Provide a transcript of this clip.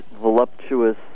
voluptuous